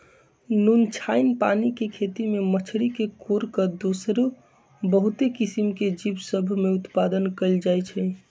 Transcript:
नुनछ्राइन पानी के खेती में मछरी के छोर कऽ दोसरो बहुते किसिम के जीव सभ में उत्पादन कएल जाइ छइ